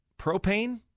Propane